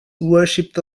worshipped